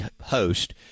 host